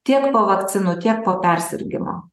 tiek po vakcinų tiek po persirgimo